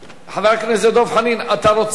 חבר הכנסת דב חנין, אתה רוצה?